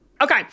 Okay